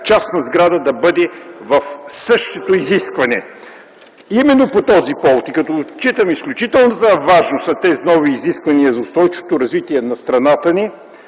частна сграда да бъде със същото изискване. Именно по този повод и като отчитам изключителната важност на тези нови изисквания за устойчивото развитие на страната ни,